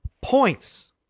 points